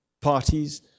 parties